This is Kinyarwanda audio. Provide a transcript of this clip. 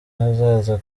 hazaza